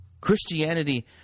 Christianity